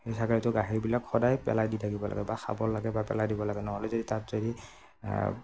সেই ছাগলীটোৰ গাখীৰবিলাক সদায় পেলাই দি থাকিব লাগে বা খাব লাগে বা পেলাই দিব লাগে নহ'লে যদি তাত যদি